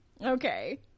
Okay